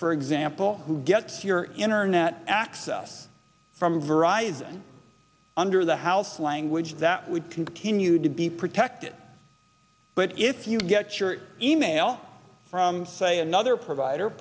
for example who gets your internet access from varieties and under the house language that would continue to be protected but if you get your email from say another provider